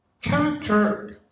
Character